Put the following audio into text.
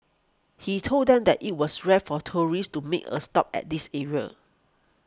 he told them that it was rare for tourists to make a stop at this area